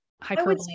hyperbole